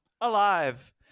alive